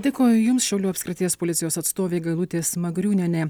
dėkoju jums šiaulių apskrities policijos atstovė gailutė smagriūnienė